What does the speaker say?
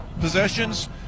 possessions